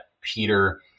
Peter